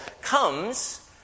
comes